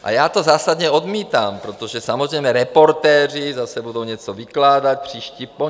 A já to zásadně odmítám, protože samozřejmě Reportéři zase budou něco vykládat příští pondělí.